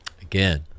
Again